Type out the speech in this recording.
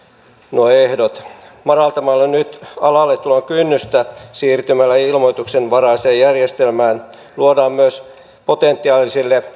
nuo ehdot madaltamalla nyt alalle tulon kynnystä siirtymällä ilmoituksenvaraiseen järjestelmään luodaan potentiaalisille